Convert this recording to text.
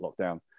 lockdown